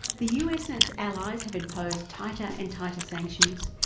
the us and its allies have imposed tighter and tighter sanctions,